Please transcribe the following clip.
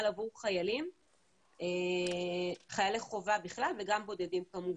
עבור חיילי חובה בכלל וגם בודדים כמובן.